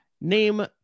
Name